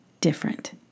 different